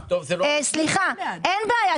אין בעיה.